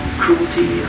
cruelty